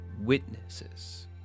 witnesses